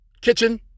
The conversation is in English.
kitchen